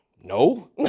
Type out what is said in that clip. No